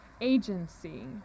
agency